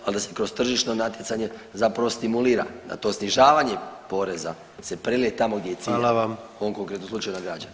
Ali da se kroz tržišno natjecanje zapravo stimulira da to snižavanje poreza se prelije tamo gdje je cilj, u ovom konkretnom slučaju na građane.